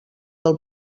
del